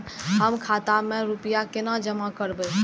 हम खाता में रूपया केना जमा करबे?